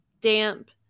damp